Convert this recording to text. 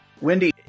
Wendy